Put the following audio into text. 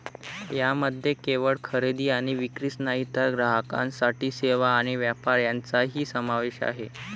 यामध्ये केवळ खरेदी आणि विक्रीच नाही तर ग्राहकांसाठी सेवा आणि व्यापार यांचाही समावेश आहे